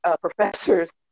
professors